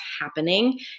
happening